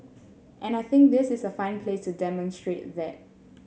and I think this is a fine place to demonstrate that